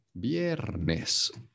viernes